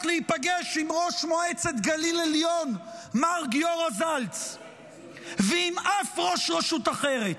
להיפגש עם ראש מועצת גליל עליון מר גיורא זלץ ועם אף ראש רשות אחרת?